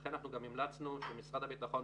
לכן גם המלצנו שמשרד הביטחון,